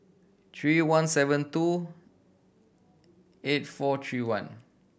three one seven two eight four three one